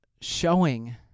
showing